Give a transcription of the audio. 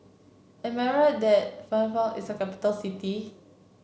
am I right that Phnom Penh is a capital city